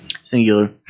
singular